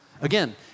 Again